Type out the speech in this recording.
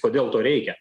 kodėl to reikia